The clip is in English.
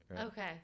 Okay